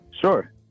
sure